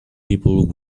people